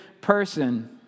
person